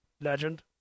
Legend